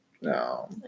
No